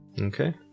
Okay